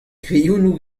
kreionoù